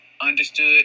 understood